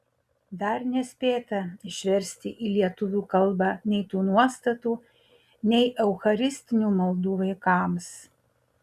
dar nespėta išversti į lietuvių kalbą nei tų nuostatų nei eucharistinių maldų vaikams